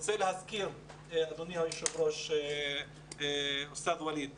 אני רוצה להזכיר אדוני היושב ראש ווליד טאהא,